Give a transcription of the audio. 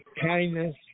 kindness